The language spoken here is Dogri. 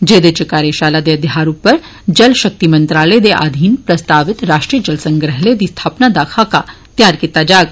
जेदे इच कार्यशाला दे आघार उप्पर जल शक्ति मंत्रालय दे आघीन प्रस्तावित राष्ट्रीय जल संग्रहालय दी स्थापना दा खाका तैयार कीता जाग